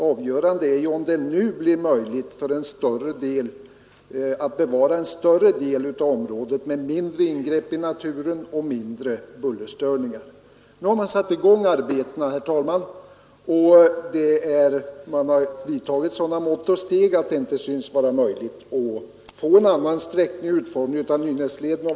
Avgörande är om det nu blir möjligt att bevara en större del av området med mindre ingrepp i naturen och mindre bullerstörningar. Nu har man satt i gång arbetena, herr talman, och vidtagit sådana mått och steg att det inte synes vara möjligt att få en annan sträckning och utformning av Nynäsvägen.